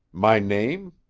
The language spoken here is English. my name?